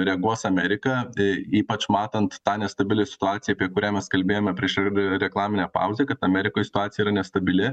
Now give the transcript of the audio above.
reaguos amerika tai ypač matant tą nestabilią situaciją apie kurią mes kalbėjome prieš ir reklaminę pauzę kad amerikoj situacija yra nestabili